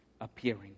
appearing